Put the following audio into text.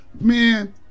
Man